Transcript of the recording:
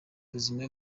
buzima